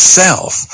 self